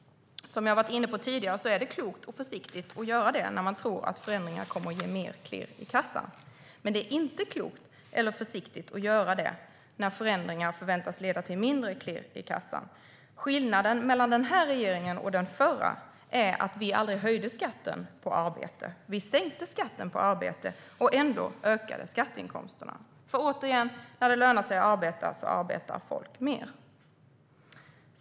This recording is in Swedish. Som jag varit inne på tidigare är det klokt och försiktigt att göra detta när man tror att förändringar kommer att ge mer klirr i kassan. Men det är inte klokt eller försiktigt att göra det när förändringar förväntas leda till mindre klirr i kassan. Skillnaden mellan denna regering och den förra är att vi aldrig höjde skatten på arbete. Vi sänkte skatten på arbete, och ändå ökade skatteinkomsterna. För, återigen, när det lönar sig att arbeta arbetar folk mer.